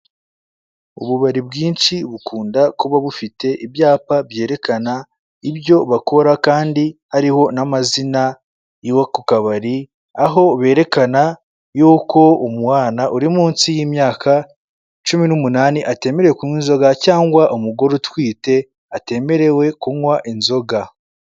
Ububari bwinshi bukunda kuba bufite ibyapa byerekana ibyo bakora kandi hariho n'amazina yako kabari aho berekana yuko umwana uri munsi yimyaka cumi n'umunani atemerewe kunkwa inzoga cyangwa umugore utwite atemerewe kunkwa inzoga.